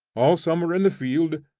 all summer in the field,